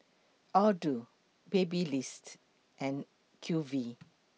Aldo Babyliss and Q V